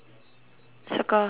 circle I circle that